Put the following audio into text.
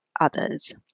others